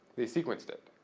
they sequenced it.